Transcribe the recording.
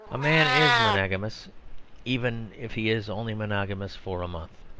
a man is monogamous even if he is only monogamous for a month